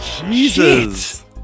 Jesus